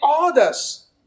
orders